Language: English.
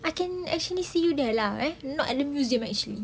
I can actually see you there lah right not at the museum actually